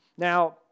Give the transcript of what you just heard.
Now